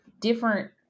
different